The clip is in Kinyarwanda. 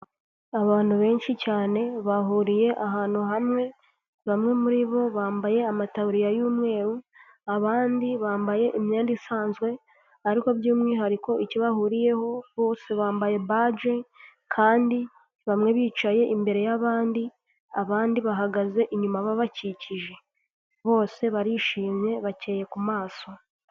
Abantu benshi cyane bahuriye ahantu hamwe, bamwe muri bo bambaye amataburiya y'umweru, abandi bambaye imyenda isanzwe ariko by'umwihariko icyo bahuriyeho bose bambaye baji kandi bamwe bicaye imbere y'abandi, abandi bahagaze inyuma babakikije, bose barishimye bakeye ku maso.